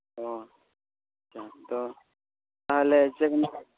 ᱚ ᱦᱮᱸᱛᱚ